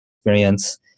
experience